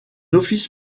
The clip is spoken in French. office